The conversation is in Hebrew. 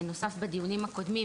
נוסף בדיונים הקודמים,